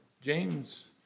James